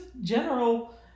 general